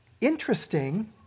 interesting